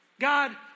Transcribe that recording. God